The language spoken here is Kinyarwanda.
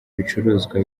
ibicuruzwa